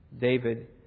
David